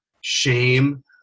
shame